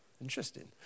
Interesting